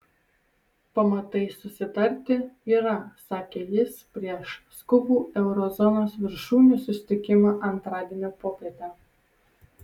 pamatai susitarti yra sakė jis prieš skubų euro zonos viršūnių susitikimą antradienio popietę